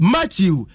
Matthew